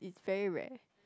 it's very rare